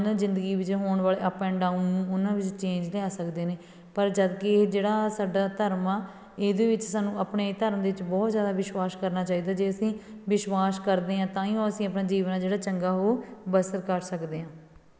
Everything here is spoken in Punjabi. ਕੁਝ ਚੇਂਜ ਆ ਉਹਨਾਂ ਦੀ ਜ਼ਿੰਦਗੀ ਵਿੱਚ ਹੋਣ ਵਾਲੇ ਅੱਪ ਐਂਡ ਡਾਊਨ ਨੂੰ ਉਹਨਾਂ ਵਿੱਚ ਚੇਂਜ ਲਿਆ ਸਕਦੇ ਨੇ ਪਰ ਜਦਕਿ ਇਹ ਜਿਹੜਾ ਸਾਡਾ ਧਰਮ ਆ ਇਹਦੇ ਵਿੱਚ ਸਾਨੂੰ ਆਪਣੇ ਧਰਮ ਦੇ ਵਿੱਚ ਬਹੁਤ ਜ਼ਿਆਦਾ ਵਿਸ਼ਵਾਸ ਕਰਨਾ ਚਾਹੀਦਾ ਜੇ ਅਸੀਂ ਵਿਸ਼ਵਾਸ ਕਰਦੇ ਹਾਂ ਤਾਂਹੀਓ ਅਸੀਂ ਆਪਣਾ ਜੀਵਨ ਜਿਹੜਾ ਚੰਗਾ ਉਹ ਬਸਰ ਕਰ ਸਕਦੇ ਹਾਂ